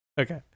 Okay